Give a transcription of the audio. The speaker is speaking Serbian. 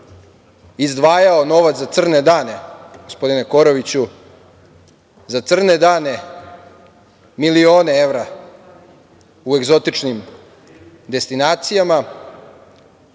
izdvajao novac za crne dane, gospodine Koroviću, za crne dane milione evra u egzotičnim destinacijama